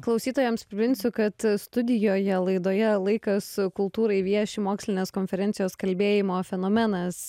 klausytojams priminsiu kad studijoje laidoje laikas kultūrai vieši mokslinės konferencijos kalbėjimo fenomenas